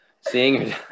Seeing